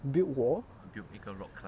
build wall